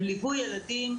הם ליוו ילדים.